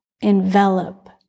envelop